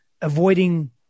avoiding